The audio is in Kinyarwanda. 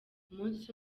umunsi